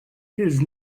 his